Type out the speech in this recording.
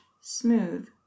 smooth